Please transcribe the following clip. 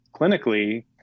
clinically